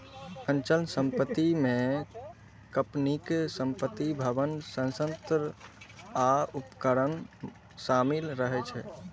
अचल संपत्ति मे कंपनीक संपत्ति, भवन, संयंत्र आ उपकरण शामिल रहै छै